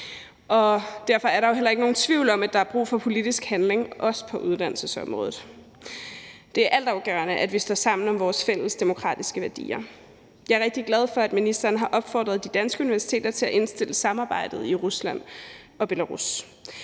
der jo heller ikke nogen tvivl om, at der er brug for politisk handling, også på uddannelsesområdet. Det er altafgørende, at vi står sammen om vores fælles demokratiske værdier. Jeg er rigtig glad for, at ministeren har opfordret de danske universiteter til at indstille samarbejdet i Rusland og Belarus.